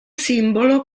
simbolo